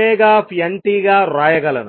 Deiβωnt గా వ్రాయగలను